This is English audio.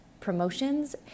promotions